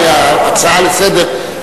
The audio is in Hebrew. האם הצעה לסדר,